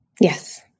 Yes